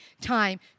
time